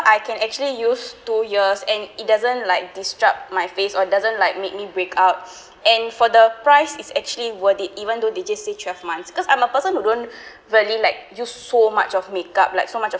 I can actually use two years and it doesn't like disrupt my face or doesn't like make me breakouts and for the price is actually worth it even though they just say twelve months cause I'm a person who don't really like use so much of makeup like so much of